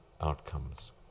outcomes